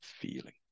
feeling